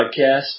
podcast